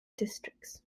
districts